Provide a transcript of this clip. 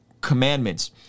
commandments